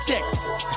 Texas